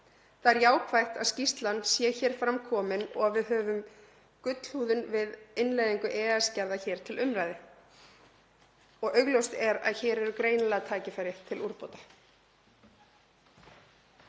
Það er jákvætt að skýrslan sé hér fram komin og að við höfum gullhúðun við innleiðingu EES-gerða til umræðu. Augljóst er að hér eru greinilega tækifæri til úrbóta.